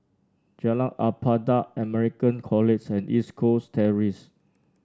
Jalan Ibadat American College and East Coast Terrace